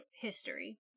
history